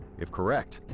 if correct,